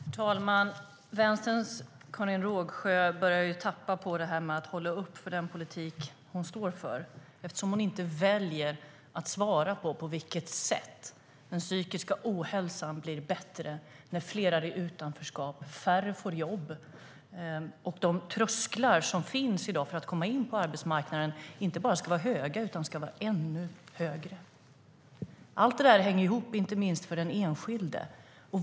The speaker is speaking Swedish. Herr talman! Vänsterns Karin Rågsjö börjar tappa på att hålla upp för den politik som hon står för eftersom hon väljer att inte svara på frågan om på vilket sätt den psykiska ohälsan minskar när fler är i utanförskap, färre får jobb och de trösklar som i dag finns för att komma in på arbetsmarknaden inte bara ska vara höga utan ska vara ännu högre. Allt detta hänger ihop, inte minst för den enskilde.